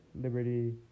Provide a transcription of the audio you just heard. liberty